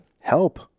Help